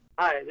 Hi